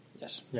Yes